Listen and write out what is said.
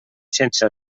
sense